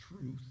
truth